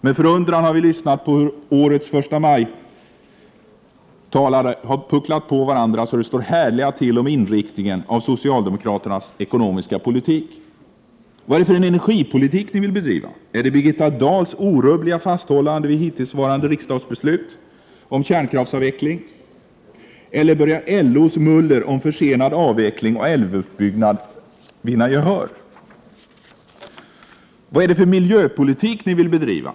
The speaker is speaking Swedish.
Med förundran har vi lyssnat på hur årets förstamajtalare har pucklat på varandra så att det står härliga till om inriktningen av socialdemokraternas ekonomiska politik. Vad är det för energipolitik ni vill bedriva? Är det Birgitta Dahls orubbliga fasthållande vid hittillsvarande riksdagsbeslut om kärnkraftsavveckling, eller börjar LO:s muller om försenad avveckling och älvutbyggnad att vinna gehör? Vad är det för miljöpolitik ni vill bedriva?